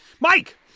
Mike